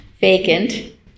vacant